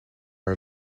are